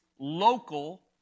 local